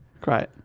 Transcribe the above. Great